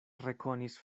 rekonis